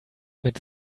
mit